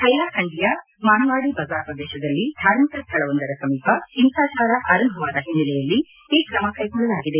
ಹೈಲಾಖಂಡಿಯ ಮಾನ್ವಾಡಿ ಬಜಾರ್ ಪ್ರದೇಶದಲ್ಲಿ ಧಾರ್ಮಿಕ ಸ್ಟಳ ವೊಂದರ ಸಮೀಪ ಹಿಂಸಾಚಾರ ಆರಂಭವಾದ ಹಿನ್ನೆಲೆಯಲ್ಲಿ ಈ ಕ್ರಮ ಕೈಗೊಳ್ಳಲಾಗಿದೆ